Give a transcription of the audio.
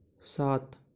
सात